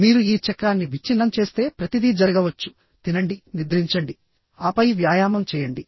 మీరు ఈ చక్రాన్ని విచ్ఛిన్నం చేస్తే ప్రతిదీ జరగవచ్చు తినండి నిద్రించండి ఆపై వ్యాయామం చేయండి